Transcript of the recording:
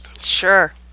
Sure